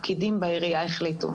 הפקידים בעירייה החליטו,